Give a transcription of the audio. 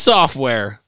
Software